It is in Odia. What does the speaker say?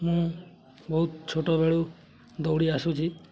ମୁଁ ବହୁତ ଛୋଟବେଳୁ ଦୌଡ଼ି ଆସୁଛି